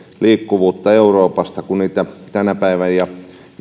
liikkuvuutta euroopassa tänä päivänä ja